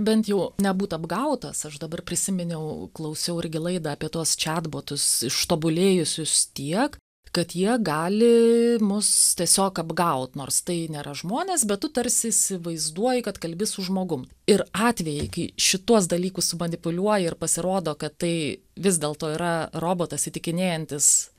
bent jau nebūt apgautas aš dabar prisiminiau klausiau irgi laidą apie tuos čiatbotus ištobulėjusius tiek kad jie gali mus tiesiog apgaut nors tai nėra žmonės bet tu tarsi įsivaizduoji kad kalbi su žmogum ir atvejai kai šituos dalykus sumanipuliuoja ir pasirodo kad tai vis dėlto yra robotas įtikinėjantis